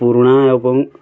ପୁରୁଣା ଆଲ୍ବମ୍